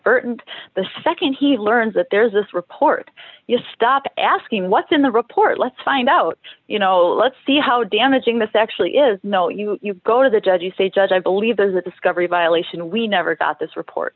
t the nd he learns that there's this report you stop asking what's in the report let's find out you know let's see how damaging this actually is no you go to the judge you say judge i believe there's a discovery violation we never got this